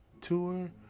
tour